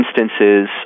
instances